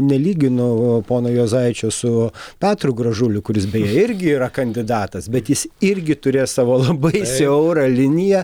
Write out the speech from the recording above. nelyginu pono juozaičio su petru gražuliu kuris beje irgi yra kandidatas bet jis irgi turi savo labai siaurą liniją